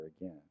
again